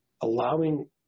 allowing